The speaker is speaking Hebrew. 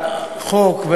על החוק,